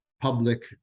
public